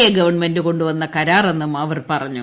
A ്ട്രിപ്പൺമെന്റ് കൊണ്ടുവന്ന കരാറെന്നും അവർ പറഞ്ഞു